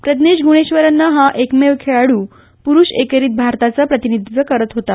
प्रज्ञेश ग्णेश्वरन हा एकमेव खेळाडू पुरुष एकेरीत भारताचं प्रतिनिधीत्व करत होता